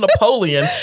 Napoleon